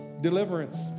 deliverance